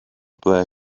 ble